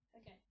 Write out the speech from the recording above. Okay